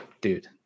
dude